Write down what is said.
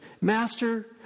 Master